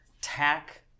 tack